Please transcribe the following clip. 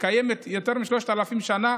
שקיימת יותר מ-3,000 שנה